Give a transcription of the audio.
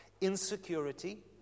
insecurity